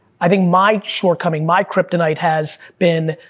i think, my shortcoming, my kryptonite has been,